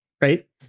Right